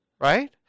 right